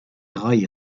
rails